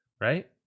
Right